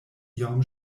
iom